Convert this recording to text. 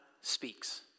speaks